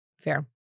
fair